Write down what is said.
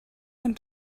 and